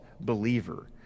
believer